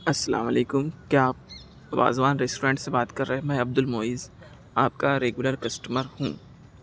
السّلام علیکم کیا آپ وازوان ریسٹورینٹ سے بات کر رہے میں عبد المُعیز آپ کا ریگولر کسٹمر ہوں